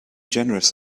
generous